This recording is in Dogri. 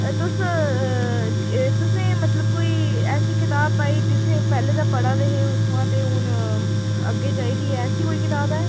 तुस तुसें मतलब कोई ऐसी कताब भाई जित्थूं पैह्लें दा पढ़ै दे हे उत्थुआं ते हून अग्गें चाहिदी ऐ ऐसी कोई कताब ऐ